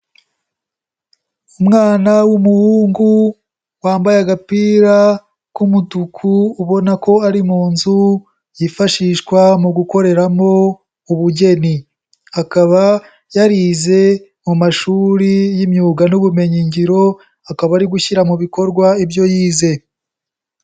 Umwana w'umuhungu wambaye agapira k'umutuku ubona ko ari mu nzu yifashishwa mu gukoreramo ubugeni. Akaba yarize mu mashuri y'imyuga n'ubumenyingiro, akaba ari gushyira mu bikorwa ibyo yize.